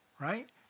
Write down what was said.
right